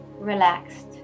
relaxed